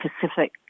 Pacific